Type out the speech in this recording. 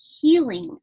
healing